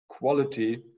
quality